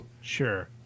sure